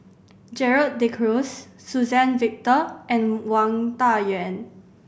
Gerald De Cruz Suzann Victor and Wang Dayuan